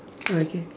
okay